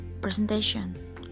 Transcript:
presentation